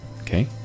Okay